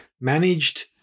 managed